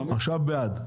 עכשיו בעד.